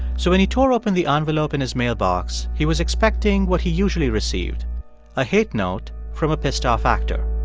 so when he tore open the envelope in his mailbox, he was expecting what he usually received a hate note from a pissed-off actor.